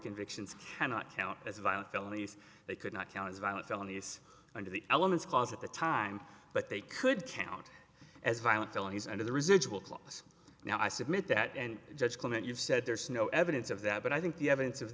convictions cannot count as violent felonies they could not count as violent felonies under the elements clause at the time but they could count as violent felonies under the residual clause now i submit that and judge clement you've said there's no evidence of that but i think the evidence of